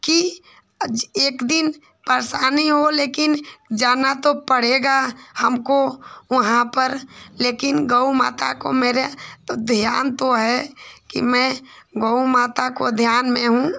कि एक दिन परेशानी हो लेकिन जाना तो पड़ेगा हमको वहाँ पर लेकिन गऊ माता को मेरे तो ध्यान तो है कि मैं गऊ माता को ध्यान में हूँ